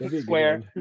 square